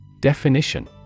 Definition